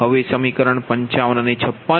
હવે સમીકરણ 55 અને 56